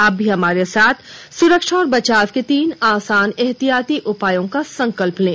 आप भी हमारे साथ सुरक्षा और बचाव के तीन आसान एहतियाती उपायों का संकल्प लें